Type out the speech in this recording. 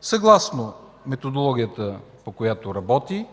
съгласно методологията, по която работи,